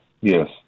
Yes